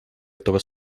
этого